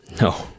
No